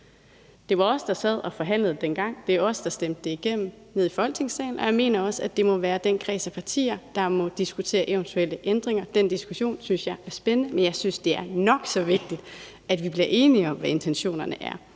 Det var os, der sad og forhandlede dengang. Det er os, der stemte det igennem nede i Folketingssalen. Og jeg mener også, at det må være den kreds af partier, der må diskutere eventuelle ændringer. Den diskussion synes jeg er spændende, men jeg synes, det er nok så vigtigt, at vi bliver enige om, hvad intentionerne er.